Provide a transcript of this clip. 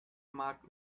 marked